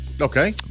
Okay